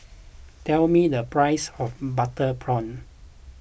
tell me the price of Butter Prawn